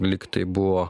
lyg tai buvo